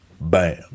Bam